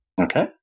Okay